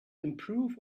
improve